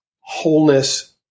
wholeness